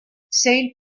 saint